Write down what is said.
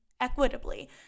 equitably